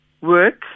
work